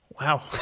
Wow